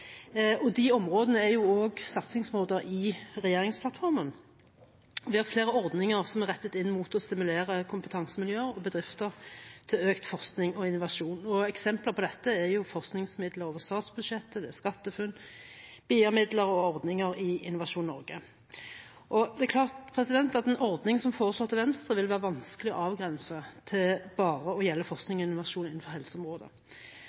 og disse områdene er jo også satsingsområder i regjeringsplattformen. Vi har flere ordninger som er rettet inn mot å stimulere kompetansemiljøer og bedrifter til økt forskning og innovasjon, og eksempler på dette er forskningsmidler over statsbudsjettet, det er SkatteFUNN, BIA-midler og ordninger i Innovasjon Norge. Det er klart at en ordning som den som er foreslått av Venstre, vil være vanskelig å avgrense til bare å gjelde